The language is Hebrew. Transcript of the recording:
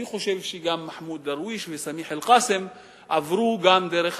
אני חושב שגם מחמוד דרוויש וסמיח אלקאסם עברו דרך הקיבוצים,